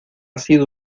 sido